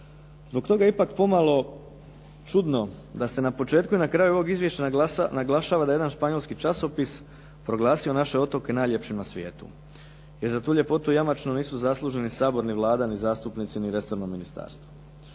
Zbog toga je ipak pomalo čudno da se na početku i na kraju ovog izvješća naglašava da jedan španjolski časopis proglasio naše otoke najljepšim na svijetu. Jer za tu ljepotu jamačno nisu zaslužni ni Sabor ni Vlada ni zastupnici ni resorno ministarstvo.